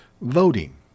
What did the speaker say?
voting